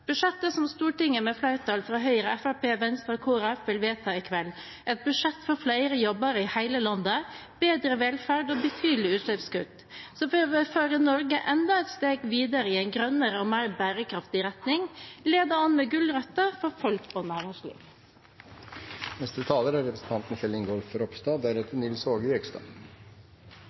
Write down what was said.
Budsjettet som Stortinget med et flertall fra Høyre, Fremskrittspartiet, Venstre og Kristelig Folkeparti vil vedta i kveld, er et budsjett for flere jobber i hele landet, bedre velferd og betydelige utslippskutt – som vil føre Norge enda et steg videre i en grønnere og mer bærekraftig retning, ledet an med gulrøtter for folk og næringsliv. I slike debatter går det ofte en rød tråd gjennom innleggene, enten det er